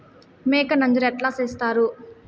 మేక నంజర ఎట్లా సేస్తారు?